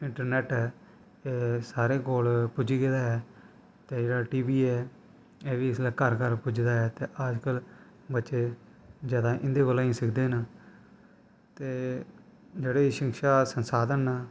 internet ऐ सारें कोल पुज्जी गेदा ऐ ते जेह्ड़ा टी वी ऐ एह् बी इसलै घर घर पुज्जे दा ऐ ते अजकल्ल बच्चे जैदा इं'दे कोला गै सिखदे न ते जेह्ड़े शिक्षा संसाधन न